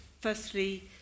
firstly